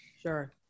Sure